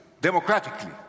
democratically